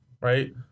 Right